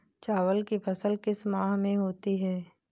चावल की फसल किस माह में होती है?